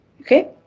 okay